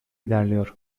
ilerliyor